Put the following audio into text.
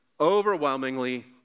overwhelmingly